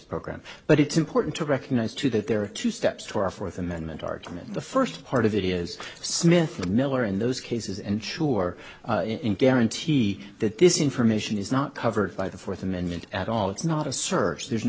program but it's important to recognize too that there are two steps to our fourth amendment argument the first part of it is smith and miller in those cases ensure in guarantee that this information is not covered by the fourth amendment at all it's not a search there's no